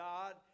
God